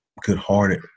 good-hearted